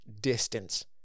distance